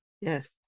Yes